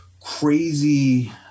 crazy